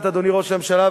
אדוני ראש הממשלה,